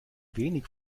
wenig